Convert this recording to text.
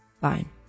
Fine